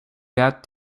that